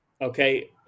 okay